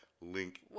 link